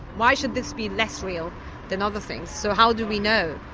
why should this be less real than other things? so how do we know?